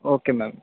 okay ma'am